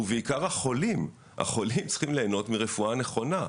ובעיקר החולים החולים צריכים ליהנות מרפואה נכונה.